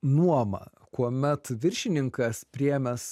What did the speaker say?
nuomą kuomet viršininkas priėmęs